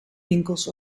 winkels